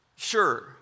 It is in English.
Sure